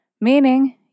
meaning